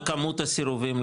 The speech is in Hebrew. וכמות הסירובים,